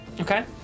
Okay